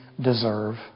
deserve